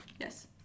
Yes